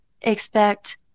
expect